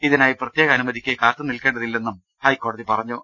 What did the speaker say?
ഇതിനായി പ്രത്യേക അനുമതിക്ക് കാത്തുനിൽക്കേണ്ടതില്ലെന്നും ഹൈക്കോടതി പറഞ്ഞു